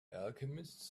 alchemists